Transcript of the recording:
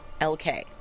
lk